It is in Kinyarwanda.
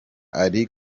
ari